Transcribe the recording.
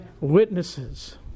witnesses